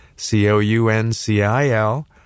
C-O-U-N-C-I-L